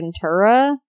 Ventura